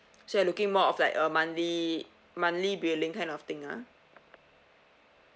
so you're looking more of like a monthly monthly billing kind of thing ah